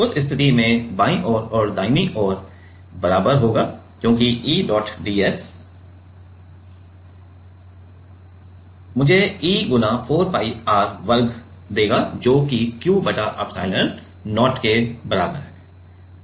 उस स्थिति में बाईं ओर दाहिनी ओर बराबर होगा क्योंकि यह E डॉट ds है और E डॉट ds मुझे E गुणा 4 pi r वर्ग देगा जो कि Q बटा एप्सिलॉन0 के बराबर है